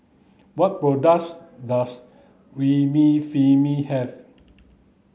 what products does Remifemin have